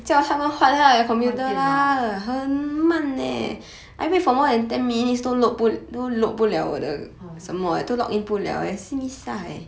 换电脑 !wah!